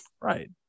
Right